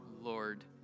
Lord